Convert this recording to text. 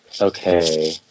Okay